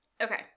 Okay